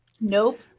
Nope